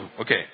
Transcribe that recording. okay